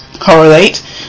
correlate